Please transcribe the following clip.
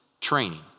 training